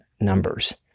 numbers